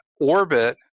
orbit